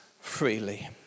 freely